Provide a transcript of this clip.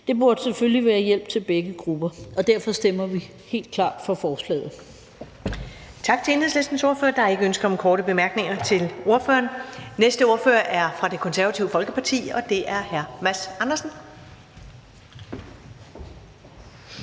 Der burde selvfølgelig være hjælp til begge grupper. Derfor stemmer vi helt klart for forslaget.